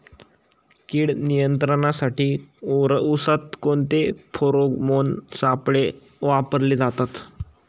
कीड नियंत्रणासाठी उसात कोणते फेरोमोन सापळे वापरले जातात?